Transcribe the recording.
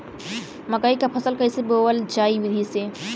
मकई क फसल कईसे बोवल जाई विधि से?